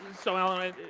so alan,